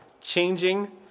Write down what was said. changing